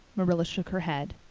marilla shook her head.